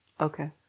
Okay